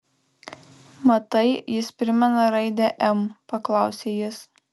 matai jis primena raidę m paklausė jis